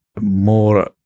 more